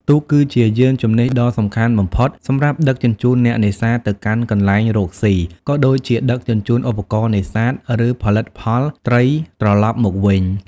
ទូកគឺជាយានជំនិះដ៏សំខាន់បំផុតសម្រាប់ដឹកជញ្ជូនអ្នកនេសាទទៅកាន់កន្លែងរកស៊ី ក៏ដូចជាដឹកជញ្ជូនឧបករណ៍នេសាទ និងផលិតផលត្រីត្រឡប់មកវិញ។